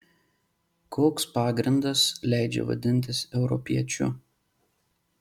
koks pagrindas leidžia vadintis europiečiu